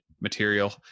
material